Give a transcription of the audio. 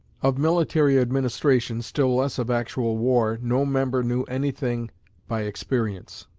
of military administration, still less of actual war, no member knew anything by experience.